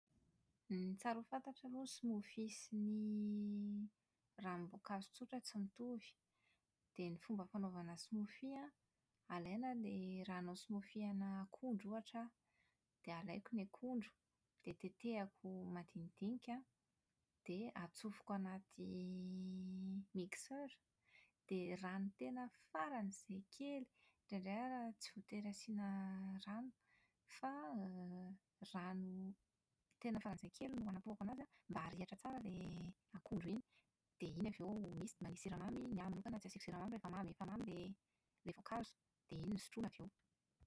Ny tsara ho fantatra aloha ny smoothie sy ny ranomboankazo tsotra tsy mitovy. Dia ny fomba fanaovana smoothie an, alaina ilay raha hanao smoothie ana akondro ohatra aho, dia alaiko ny akondro, dia tetehiko madinidinika an, dia atsofoko anaty mixeur, dia rano tena faran'izay kely, indraindray aza tsy voatery asiana rano fa rano tena faran'izay kely no hanapohako an'azy an, mba harihitra tsara ilay akondro iny. Dia iny avy eo misy manisy siramamy. Ny ahy manokana tsy asiako siramamy rehefa mamy efa mamy ilay ilay voankazo, dia iny no sotroina avy eo.